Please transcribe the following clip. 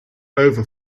over